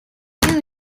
you